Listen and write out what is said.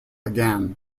again